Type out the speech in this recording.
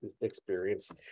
experience